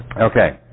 Okay